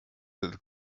that